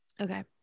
Okay